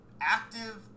active